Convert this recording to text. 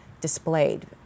displayed